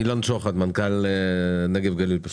אילן שוחט, מנכ"ל נגב גליל.